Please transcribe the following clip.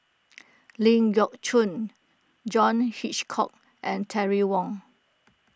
Ling Geok Choon John Hitchcock and Terry Wong